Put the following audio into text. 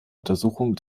untersuchung